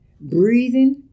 breathing